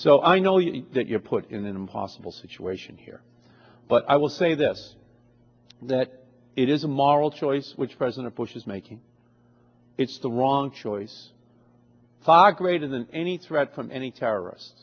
you know that you're put in an impossible situation here but i will say this that it is a moral choice which president bush is making it's the wrong choice fog greater than any threat from any terrorists